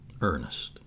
Ernest